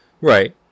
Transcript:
Right